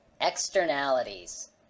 externalities